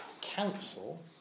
council